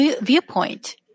viewpoint